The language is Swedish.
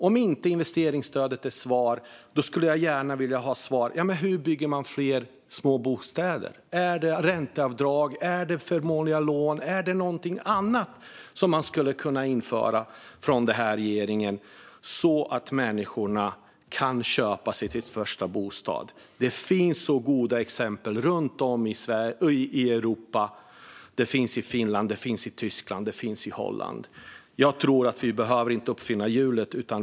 Om inte investeringsstödet är svaret skulle jag gärna vilja veta om svaret är ränteavdrag, förmånliga lån eller någonting annat som den här regeringen kan införa så att människorna kan köpa sin första bostad. Det finns goda exempel runt om i Europa, exempelvis i Finland, Tyskland och Holland. Jag tror inte att vi behöver uppfinna hjulet.